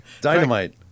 Dynamite